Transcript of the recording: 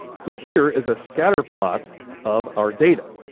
so here is a scatterplot of our data.